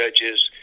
judges